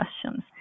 questions